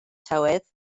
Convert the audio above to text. tywydd